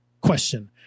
question